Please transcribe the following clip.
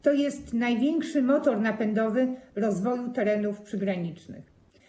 To jest największy motor napędowy rozwoju terenów przygranicznych.